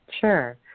Sure